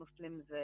muslims